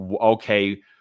okay